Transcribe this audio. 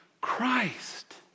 Christ